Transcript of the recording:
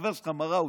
חבר שלך מר האוזר,